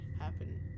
happen